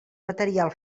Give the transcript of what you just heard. material